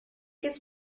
his